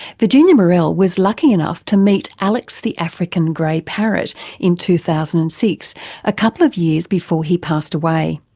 virginia morell was lucky enough to meet alex the african grey parrot in two thousand and six a couple of years before he passed away.